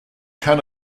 can